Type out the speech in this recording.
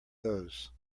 those